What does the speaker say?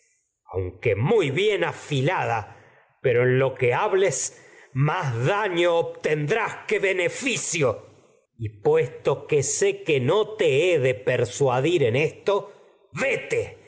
aunque bien que afilada pero en que hables más daño obtendrás beneficio y pues esto vete a nos to que sé que no te he de persuadir que